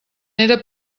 era